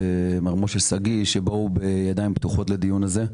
מר משה שגיא שבאו בידיים פתוחות לדיון הזה.